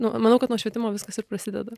nu manau kad nuo švietimo viskas ir prasideda